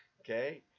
Okay